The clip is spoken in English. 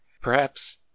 Perhaps—